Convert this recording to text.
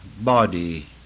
body